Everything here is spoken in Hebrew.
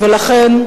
ולכן,